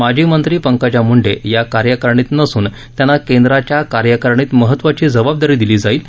माजी मंत्री पंकजा मूंडे या कार्यकारिणीत नसून त्यांना केंद्राच्या कार्यकारिणीत महत्वाची जबाबदारी दिली जाईल